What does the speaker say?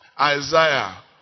isaiah